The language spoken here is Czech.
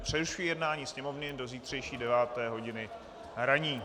Přerušuji jednání Sněmovny do zítřejší 9. hodiny ranní.